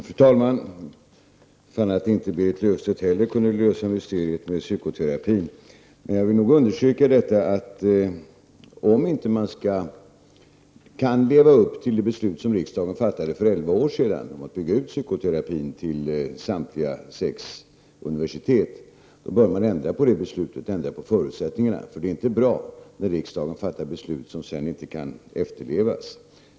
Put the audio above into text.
Fru talman! Jag fann att inte heller Berit Löfstedt kunde lösa mysteriet med psykoterapin. Men jag vill understryka att om man inte kan leva upp till det beslut som riksdagen fattade för elva år sedan om att bygga ut psykoterapin till samtliga sex universitet, så bör man ändra detta beslut och förutsättningarna. Det är nämligen inte bra att riksdagen fattar beslut som sedan inte kan efterlevas.